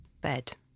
Bed